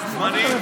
זמניים?